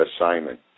assignment